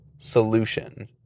solution